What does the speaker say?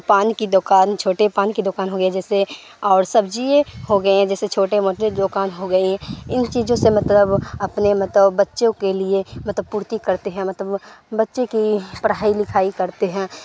پان کی دکان چھوٹے پان کی دکان ہو گئے جیسے اور سبزی ہو گئے جیسے چھوٹے موٹے دکان ہو گئی ان چیزوں سے مطلب اپنے مطلب بچوں کے لیے مطلب پورتی کرتے ہیں مطلب بچے کی پڑھائی لکھائی کرتے ہیں